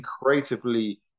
creatively